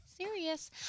serious